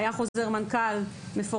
היה על זה חוזר מנכ"ל מפורט,